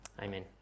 amen